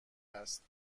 است